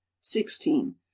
sixteen